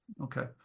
okay